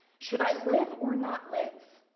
should i live or not live?